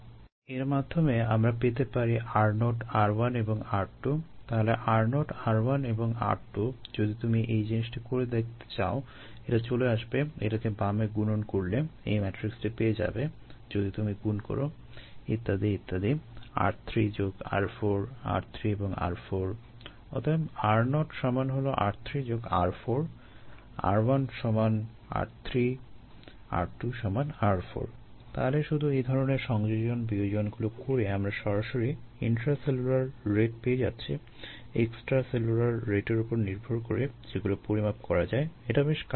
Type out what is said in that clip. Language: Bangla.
এর মাধ্যমে আমরা পেতে পারি r0 r1 এবং r2 তাহলে r0 r1 এবং r2 যদি তুমি এই জিনিসটি করে দেখতে চাও এটা চলে আসবে এটাকে বামে গুণন করলে এই ম্যাট্রিক্সটি পেয়ে যাবে যদি তুমি গুণ করো ইত্যাদি ইত্যাদি r3 যোগ r4 r3 এবং r4 অতএব r0 সমান হলো r3 যোগ r4 r1 সমান r3 r2 সমান r4 তাহলে শুধু এই ধরনের সংযোজন বিয়োজনগুলো করে আমরা সরাসরি ইন্ট্রাসেলুলার রেট পেয়ে যাচ্ছি এক্সট্রাসেলুলার রেটের উপর নির্ভর করে যেগুলো পরিমাপ করা যায় এটা বেশ কার্যকর